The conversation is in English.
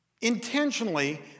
Intentionally